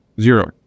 Zero